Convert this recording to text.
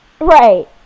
Right